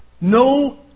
No